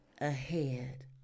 ahead